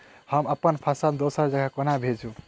हम अप्पन फसल दोसर जगह कोना भेजू?